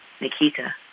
Nikita